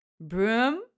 Broom